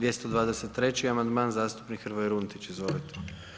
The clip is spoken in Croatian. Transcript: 223. amandman, zastupnik Hrvoje Runtić, izvolite.